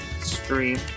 Stream